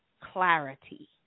clarity